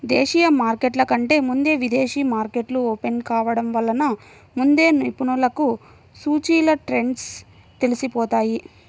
దేశీయ మార్కెట్ల కంటే ముందే విదేశీ మార్కెట్లు ఓపెన్ కావడం వలన ముందే నిపుణులకు సూచీల ట్రెండ్స్ తెలిసిపోతాయి